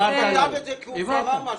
הוא כתב את זה, כי הוא קרא משהו.